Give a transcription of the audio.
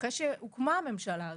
ואחרי שהוקמה הממשלה הזאת,